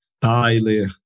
Tyler